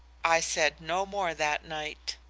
i said no more that night.